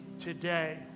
today